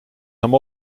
nam